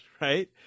right